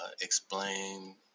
explain